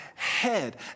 head